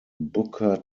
booker